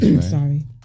Sorry